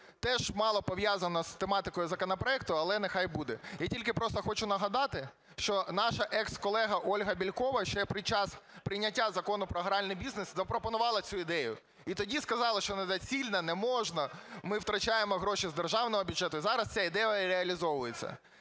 теж мало пов'язано з тематикою законопроекту, але нехай буде. Я тільки просто хочу нагадати, що наша ексколега Ольга Бєлькова ще під час прийняття Закону про гральний бізнес запропонувала цю ідею. І тоді сказали, що недоцільно, не можна, ми втрачаємо гроші з державного бюджету, і зараз ця ідея реалізовується.